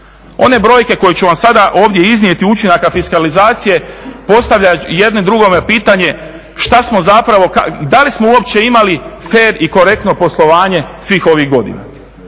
One brojke koje ću vam sada ovdje iznijeti učinaka fiskalizacije postavlja jedno drugome pitanje šta smo zapravo i da li smo uopće imali fer i korektno poslovanje svih ovih godina.